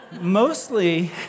mostly